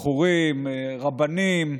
בחורים, רבנים,